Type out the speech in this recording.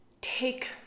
take